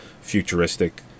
futuristic